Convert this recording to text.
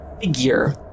figure